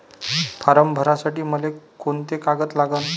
Form भरासाठी मले कोंते कागद लागन?